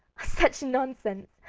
such nonsense,